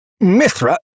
Mithra